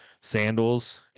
sandals